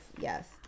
yes